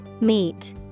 Meet